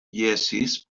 jesis